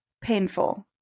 painful